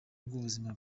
rw’ubuzima